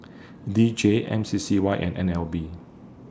D J M C C Y and N L B